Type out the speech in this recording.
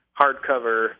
hardcover